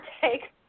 take